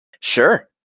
Sure